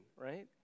right